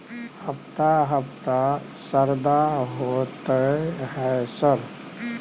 हफ्ता हफ्ता शरदा होतय है सर?